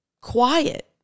quiet